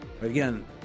Again